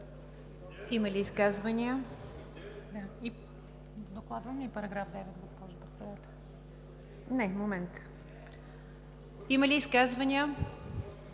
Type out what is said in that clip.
Има ли изказвания?